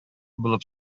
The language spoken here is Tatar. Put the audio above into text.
булып